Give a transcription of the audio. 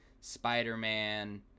spider-man